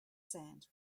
sand